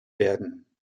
werden